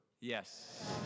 Yes